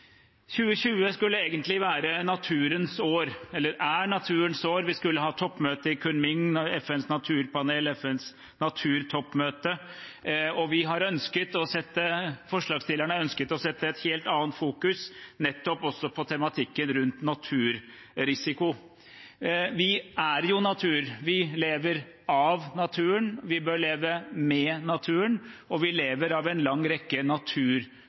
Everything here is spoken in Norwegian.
2020 er naturens år. Vi skulle ha toppmøte i Kunming – FNs naturpanel og FNs naturtoppmøte – og forslagsstillerne har ønsket å sette et helt annet fokus nettopp på tematikken rundt naturrisiko. Vi er natur, vi lever av naturen, vi bør leve med naturen, og vi lever av en lang rekke